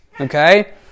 Okay